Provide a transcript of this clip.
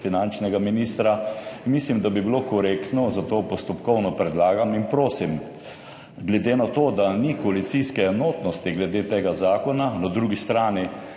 finančnega ministra. Mislim, da bi bilo korektno, zato postopkovno predlagam in prosim glede na to, da ni koalicijske enotnosti glede tega zakona, na drugi strani